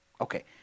Okay